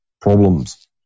problems